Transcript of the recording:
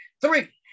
Three